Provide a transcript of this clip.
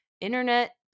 internet